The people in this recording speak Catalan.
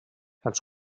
els